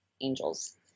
angels